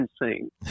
insane